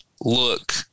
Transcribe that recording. look